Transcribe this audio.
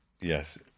Yes